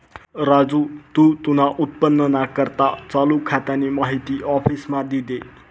राजू तू तुना उत्पन्नना करता चालू खातानी माहिती आफिसमा दी दे